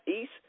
east